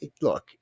look